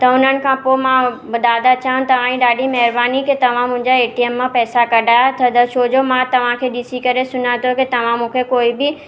त हुननि खां पोइ मां दादा चवनि तव्हांजी ॾाढी महिरबानी की तव्हां मुंहिंजा एटीएम मां पैसा कढाया त द छोजो मां तव्हांखे ॾिसी करे सुञाथो की तव्हां मूंखे कोई बि